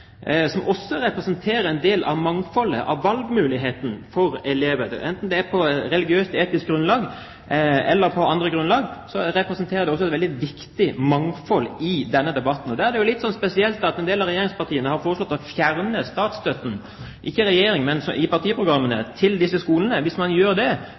som også representerer en del av mangfoldet, av valgmulighetene for elevene. Enten det er på religiøst-etisk grunnlag eller på annet grunnlag representerer det et veldig viktig mangfold i denne debatten. Da er det litt spesielt at noen av regjeringspartiene – ikke Regjeringen, men det står i partiprogrammene – har foreslått å fjerne statsstøtten til disse skolene. Hvis man gjør det,